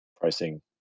pricing